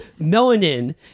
melanin